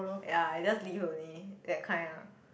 ya I just leave only that kind ah